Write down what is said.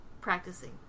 practicing